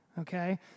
okay